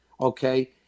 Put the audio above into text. okay